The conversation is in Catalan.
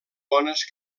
bones